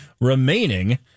remaining